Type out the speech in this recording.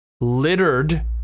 littered